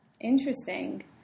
Interesting